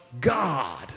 God